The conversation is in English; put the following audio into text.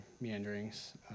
meanderings